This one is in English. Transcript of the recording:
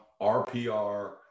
RPR